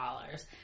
dollars